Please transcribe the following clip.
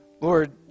Lord